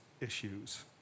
issues